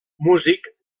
músic